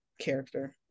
character